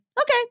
okay